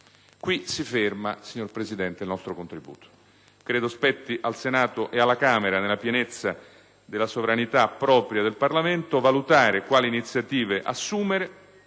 contributo, signor Presidente. Credo spetti al Senato ed alla Camera, nella pienezza della sovranità propria del Parlamento, valutare quali iniziative assumere